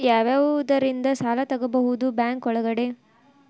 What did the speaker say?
ಯಾವ್ಯಾವುದರಿಂದ ಸಾಲ ತಗೋಬಹುದು ಬ್ಯಾಂಕ್ ಒಳಗಡೆ?